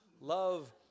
Love